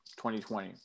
2020